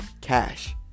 Cash